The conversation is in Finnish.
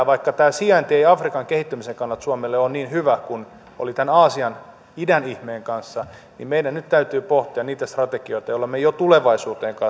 vaikka tämä sijainti ei afrikan kehittymisen kannalta suomelle ole niin hyvä kuin oli aasian idän ihmeen kanssa niin meidän täytyy nyt pohtia niitä strategioita joilla me jo tulevaisuuteen